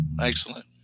Excellent